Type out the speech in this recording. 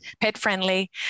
pet-friendly